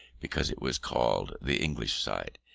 because it was called the english side.